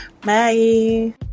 bye